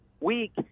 week